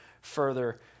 further